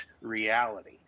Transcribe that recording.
reality